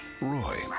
Roy